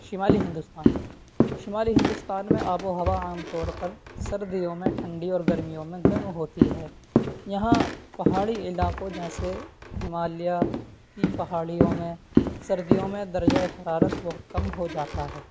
شمالی ہندوستان شمالی ہندوستان میں آب ہوا عام طور پر سردیوں میں ٹھنڈی اور گرمیوں میں گرم ہوتی ہے یہاں پہاڑی علاقوں جیسے ہمالیہ کی پہاڑیوں میں سردیوں میں درجۂ حرارت بہت کم ہو جاتا ہے